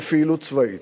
בפעילות צבאית?